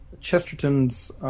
Chesterton's